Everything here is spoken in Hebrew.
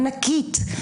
ענקית.